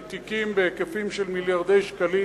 עם תיקים בהיקפים של מיליארדי שקלים,